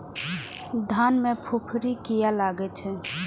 धान में फूफुंदी किया लगे छे?